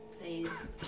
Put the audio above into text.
please